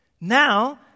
Now